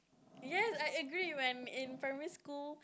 yes I agree man in primary school